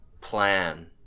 plan